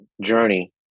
journey